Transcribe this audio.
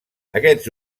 aquests